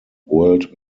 world